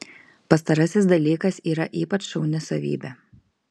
pastarasis dalykas yra ypač šauni savybė